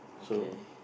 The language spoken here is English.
okay